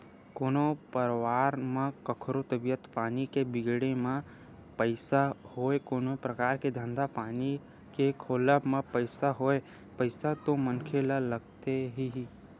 कोनो परवार म कखरो तबीयत पानी के बिगड़े म पइसा होय कोनो परकार के धंधा पानी के खोलब म पइसा होय पइसा तो मनखे ल लगथे ही